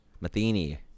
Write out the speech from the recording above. Matheny